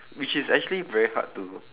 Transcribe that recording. which is actually very hard to